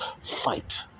fight